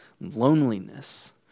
loneliness